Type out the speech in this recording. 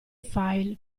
file